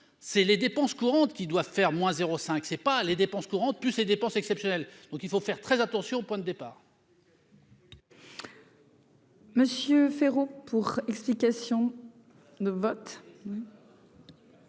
c'est les dépenses courantes qui doivent faire moins 0 5 c'est pas les dépenses courantes plus ces dépenses exceptionnelles, donc il faut faire très attention au point de départ. Monsieur Féraud pour explications de vote.